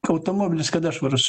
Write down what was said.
automobilis kada švarus